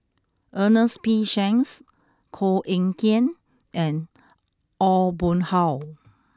Ernest P Shanks Koh Eng Kian and Aw Boon Haw